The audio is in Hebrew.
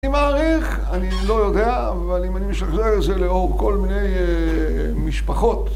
אני מעריך, אני לא יודע, אבל אם אני משחזר את זה לאור כל מיני משפחות.